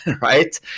right